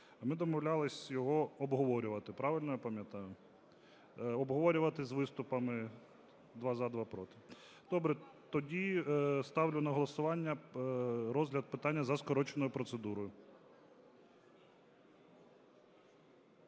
Ми домовлялись його обговорювати, правильно я пам'ятаю? Обговорювати з виступами: два – за, два – проти. Добре. Тоді ставлю на голосування розгляд питання за скороченою процедурою.